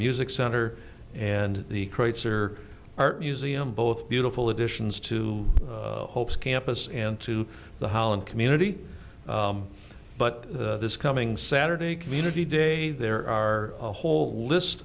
music center and the kreutzer art museum both beautiful additions to hope's campus and to the holland community but this coming saturday community day there are a whole list